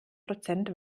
prozent